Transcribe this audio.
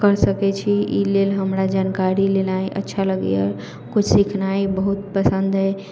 करि सकै छी एहि लेल हमरा जानकारी लेनाइ अच्छा लगैए किछु सिखनाइ बहुत पसन्द अछि